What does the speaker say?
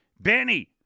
Benny